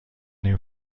این